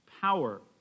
power